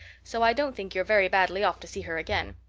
so i don't think you're very badly off to see her again.